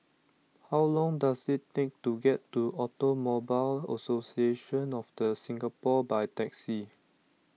how long does it take to get to Automobile Association of the Singapore by taxi